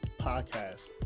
Podcast